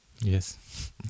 Yes